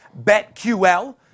BetQL